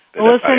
listen